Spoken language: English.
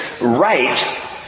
right